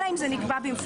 אלא אם זה נקבע במפורש.